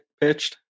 pitched